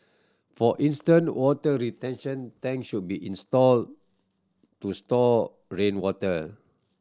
for instant water retention tanks should be installed to store rainwater